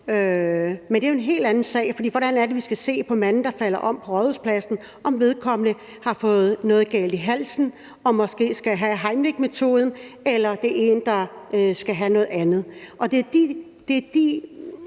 Men det er en helt anden sag. For hvordan er det, vi skal se på manden, der falder om på Rådhuspladsen, om vedkommende har fået noget galt i halsen og måske skal have Heimlichmetoden, eller om det er en, der skal have noget andet? Det er de